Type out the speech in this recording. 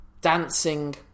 dancing